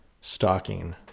stalking